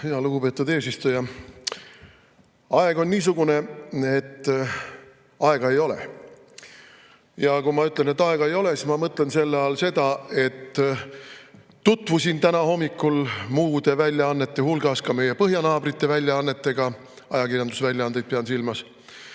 Lugupeetud eesistuja! Aeg on niisugune, et aega ei ole. Ja kui ma ütlen, et aega ei ole, siis ma mõtlen selle all seda, et tutvusin täna hommikul muude väljaannete hulgas ka meie põhjanaabrite väljaannetega – pean silmas